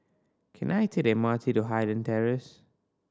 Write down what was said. can I take the M R T to Highland Terrace